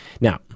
Now